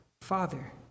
Father